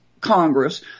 Congress